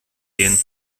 gehen